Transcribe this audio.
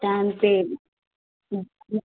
time سے